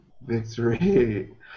victory